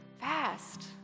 Fast